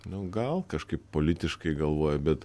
nu gal kažkaip politiškai galvoja bet